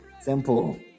simple